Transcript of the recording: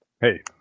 Hey